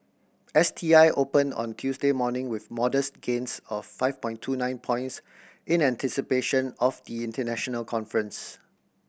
S T I opened on Tuesday morning with modest gains of five point two nine points in anticipation of the international conference